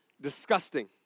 disgusting